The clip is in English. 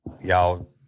y'all